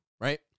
right